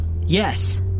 Yes